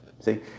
see